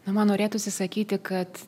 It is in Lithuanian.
na man norėtųsi sakyti kad